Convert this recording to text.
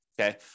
okay